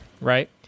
right